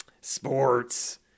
sports